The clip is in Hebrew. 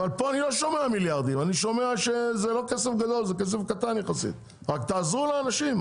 כאן שמעתי שזה לא כסף גדול, רק תעזרו לאנשים.